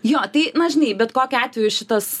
jo tai na žinai bet kokiu atveju šitas